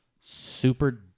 super